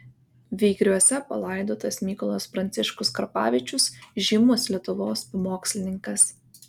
vygriuose palaidotas mykolas pranciškus karpavičius žymus lietuvos pamokslininkas